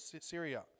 Syria